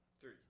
Three